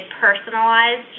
personalized